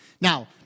Now